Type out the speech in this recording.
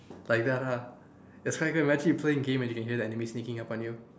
like that ah that's why you can imagine you playing game and you can hear the enemy sneaking up on you